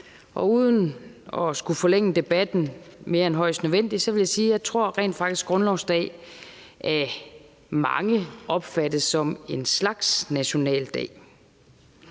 og uden at skulle forlænge debatten mere end højst nødvendigt vil jeg sige, at jeg rent faktisk tror, at grundlovsdag af mange opfattes som en slags nationaldag,